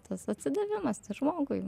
tas atsidavimas žmogui